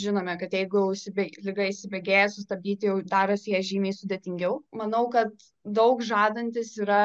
žinome kad jeigu jau įsibėg liga įsibėgėja sustabdyti jau darosi ją žymiai sudėtingiau manau kad daug žadantys yra